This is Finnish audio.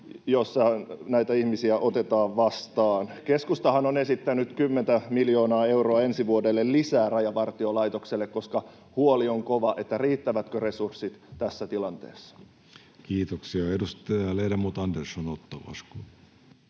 vastaan? [Mauri Peltokankaan välihuuto] Keskustahan on esittänyt kymmentä miljoonaa euroa ensi vuodelle lisää Rajavartiolaitokselle, koska huoli on kova siitä, riittävätkö resurssit tässä tilanteessa. Kiitoksia. — Ledamot Andersson, Otto,